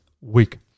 week